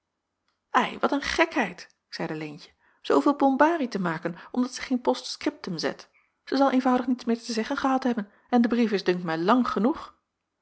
ei wat een gekheid zeide leentje zooveel bombarie te maken omdat zij geen post-scriptum zet ze zal eenvoudig niets meer te zeggen gehad hebben en de brief is dunkt mij lang genoeg